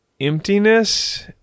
emptiness